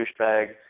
douchebag